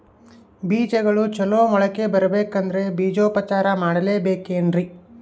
ಬೇಜಗಳು ಚಲೋ ಮೊಳಕೆ ಬರಬೇಕಂದ್ರೆ ಬೇಜೋಪಚಾರ ಮಾಡಲೆಬೇಕೆನ್ರಿ?